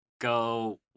go